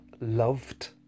loved